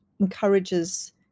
encourages